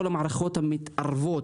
כל המערכות המתערבות,